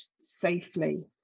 safely